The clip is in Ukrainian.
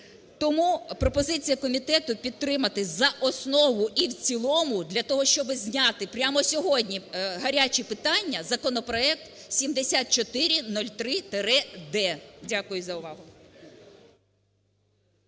Тому пропозиція комітету підтримати за основу і в цілому для того, щоб зняти прямо сьогодні гаряче питання, законопроект 7403-д. Дякую за увагу.